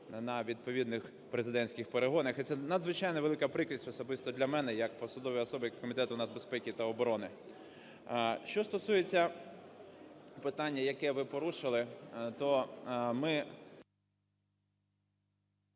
на відповідних президентських перегонах. І це надзвичайно велика прикрість, особисто для мене як посадової особи Комітету нацбезпеки та оборони. Що стосується питання, яке ви порушили, то ми…